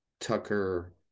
Tucker